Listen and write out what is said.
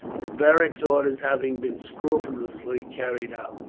beric's orders having been scrupulously carried out.